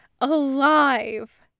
alive